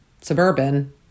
Suburban